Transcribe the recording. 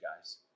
guys